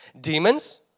Demons